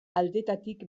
aldetatik